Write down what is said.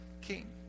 king